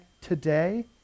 today